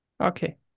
Okay